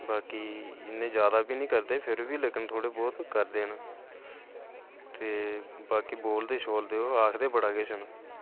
बाकी इन्ने ज्यादा बी नी करदे फेर बी लेकिन थोह्ड़ा बोह्त करदे न ते बाकी बोलदे छोलदे ओह् आखदे बड़ा किश न